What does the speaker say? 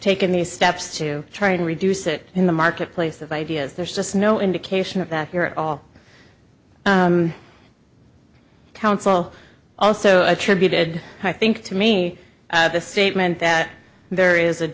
taken these steps to try to reduce it in the marketplace of ideas there's just no indication of that here at all council also attributed i think to me the statement that there is a